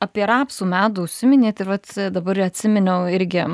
apie rapsų medų užsiminėt ir vat dabar atsiminiau irgi